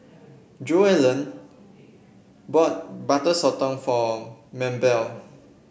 Joellen bought Butter Sotong for Mabelle